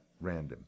random